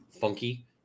funky